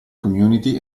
community